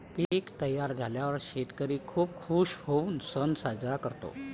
पीक तयार झाल्यावर शेतकरी खूप खूश होऊन सण साजरा करतात